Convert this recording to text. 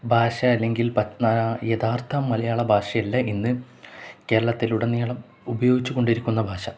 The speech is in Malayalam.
ഭാഷ അല്ലെങ്കിൽ യഥാർത്ഥ മലയാള ഭാഷയല്ല ഇന്നു കേരളത്തിലുടനീളം ഉപയോഗിച്ചുകൊണ്ടിരിക്കുന്ന ഭാഷ